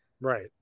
Right